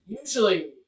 usually